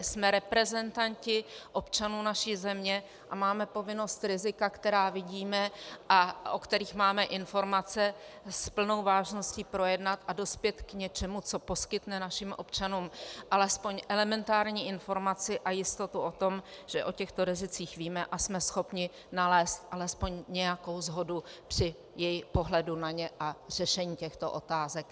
Jsme reprezentanti občanů naší země a máme povinnost rizika, která vidíme a o kterých máme informace, s plnou vážností projednat a dospět k něčemu, co poskytne našim občanům alespoň elementární informaci a jistotu o tom, že o těchto rizicích víme a jsme schopni nalézat alespoň nějakou shodu při pohledu na ně a řešení těchto otázek.